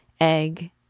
egg